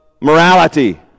morality